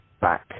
back